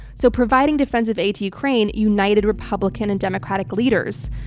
so providing defensive aid to ukraine united republican and democratic leaders.